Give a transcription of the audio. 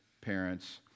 parents